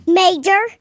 major